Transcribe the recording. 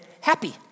happy